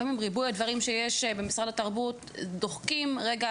לפעמים ריבוי הדברים שיש במשרד התרבות דוחקים רגע